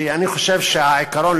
ואני חושב שהעיקרון,